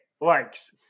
likes